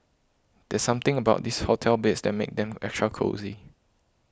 there's something about this hotel beds that makes them extra cosy